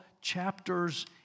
chapters